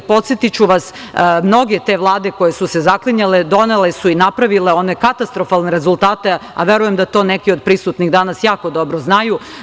Podsetiću vas, mnoge te vlade koje su se zaklinjale, donele su i napravile one katastrofalne rezultate, a verujem da to neki od prisutnih danas jako dobro znaju.